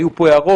היו פה הערות,